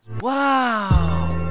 wow